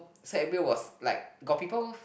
so everybody was like got people